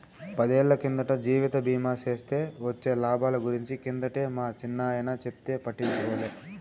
పదేళ్ళ కిందట జీవిత బీమా సేస్తే వొచ్చే లాబాల గురించి కిందటే మా చిన్నాయన చెప్తే పట్టించుకోలే